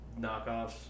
knockoffs